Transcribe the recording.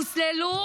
הוסללו